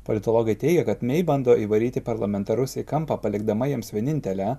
politologai teigia kad mei bando įvaryti parlamentarus į kampą palikdama jiems vienintelę